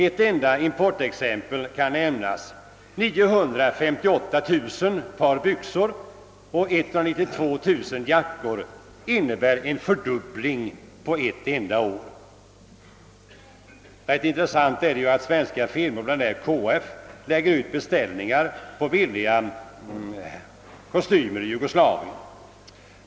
Ett enda importexempel kan nämnas: 958 000 par byxor och 192 000 jackor innebär en fördubbling på ett enda år. Särskilt intressant är att svenska firmor, bland dem KF, lägger ut beställningar på billiga kostymer i Jugoslavien.